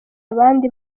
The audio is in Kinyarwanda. abandi